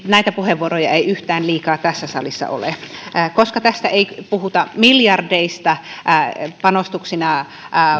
näitä puheenvuoroja ei yhtään liikaa tässä salissa ole koska tässä ei puhuta miljardeista panostuksina